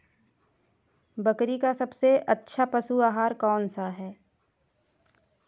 बकरी का सबसे अच्छा पशु आहार कौन सा है?